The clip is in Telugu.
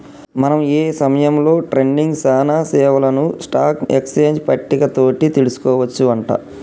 మనం ఏ సమయంలో ట్రేడింగ్ సానా సేవలను స్టాక్ ఎక్స్చేంజ్ పట్టిక తోటి తెలుసుకోవచ్చు అంట